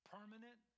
Permanent